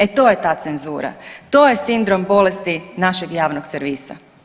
E to je ta cenzura, to je sindrom bolesti našeg javnog servisa.